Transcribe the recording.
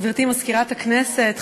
גברתי מזכירת הכנסת,